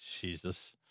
Jesus